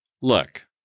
Look